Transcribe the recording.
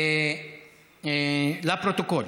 לפרוטוקול.